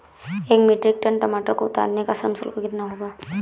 एक metric ton टमाटर को उतारने का श्रम शुल्क कितना होगा?